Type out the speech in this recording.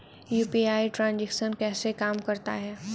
UPI transaction कैसे काम करता है?